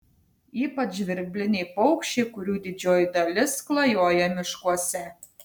ypač žvirbliniai paukščiai kurių didžioji dalis klajoja miškuose